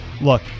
Look